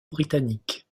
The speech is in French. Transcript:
britannique